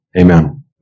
Amen